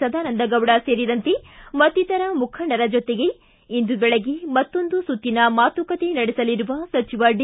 ಸದಾನಂದಗೌಡ ಸೇರಿದಂತೆ ಮತ್ತಿತರ ಮುಖಂಡರ ಜತೆ ಇಂದು ಬೆಳಗ್ಗೆ ಮತ್ತೊಂದು ಸುತ್ತಿನ ಮಾತುಕತೆ ನಡೆಸಲಿರುವ ಸಚಿವ ಡಿ